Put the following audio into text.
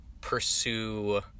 pursue